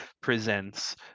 presents